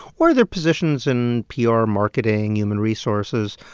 or they're positions in pr, marketing, human resources.